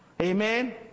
amen